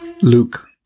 Luke